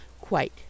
Quite